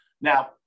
Now